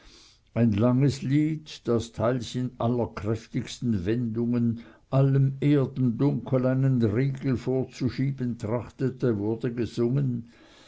ein langes lied das teilweis in allerkräftigsten wendungen allem erdendunkel einen riegel vorzuschieben trachtete wurde gesungen